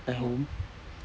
at home